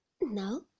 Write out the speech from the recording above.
No